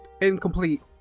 incomplete